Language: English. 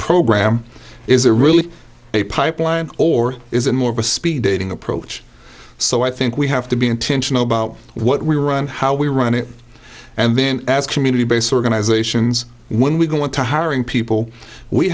program is there really a pipeline or is it more of a speed dating approach so i think we have to be intentional about what we run how we run it and then as community based organizations when we go into hiring people we